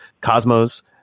Cosmos